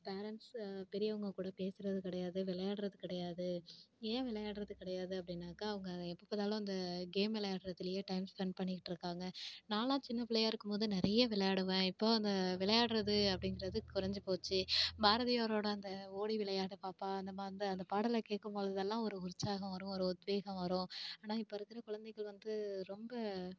parents பெரியவங்கள் கூட பேசுறது கிடையாது விளையாடுறது கிடையாது ஏன் விளையாடுறது கிடையாது அப்படின்னாக்கா அவங்க எப்போ பார்த்தாலும் அந்த கேம் விளையாடுகிறதுலயே டைம் ஸ்பெண்ட் பண்ணிக்கிட்டு இருக்காங்க நாலாம் சின்ன பிள்ளையா இருக்கும்போது நிறைய விளையாடுவேன் இப்போஷு அந்த விளையாடுறது அப்படின்றது குறஞ்சி போச்சி பாரதியாரோட அந்த ஓடி விளையாடு பாப்பா அந்த மா அந்த அந்த பாடல கேட்கும்போதெல்லாம் ஒரு உற்சாகம் வரும் ஒரு உத்வேகம் வரும் ஆனால் இப்போ இருக்கிற குழந்தைகள் வந்து ரொம்ப